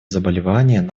заболеваниями